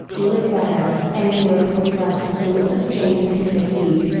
do it better, and do it with less sense of strain and fatigue.